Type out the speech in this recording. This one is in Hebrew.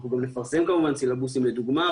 אנחנו גם נפרסם כמובן סילבוסים לדוגמה,